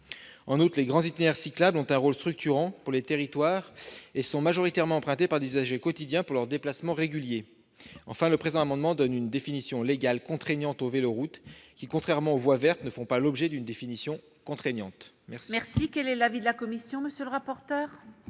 En outre, les grands itinéraires cyclables ont un rôle structurant pour les territoires et sont majoritairement empruntés par des usagers quotidiens pour leurs déplacements réguliers. Enfin, cet amendement tend à donner une définition légale contraignante des véloroutes, qui, contrairement aux voies vertes, ne font pas l'objet d'une telle définition. Quel est l'avis de la commission ? Ma position